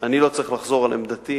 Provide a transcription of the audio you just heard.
אני לא צריך לחזור על עמדתי,